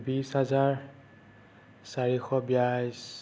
বিশ হাজাৰ চাৰিশ বাইছ